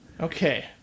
okay